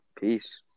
Peace